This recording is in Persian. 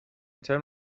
ترم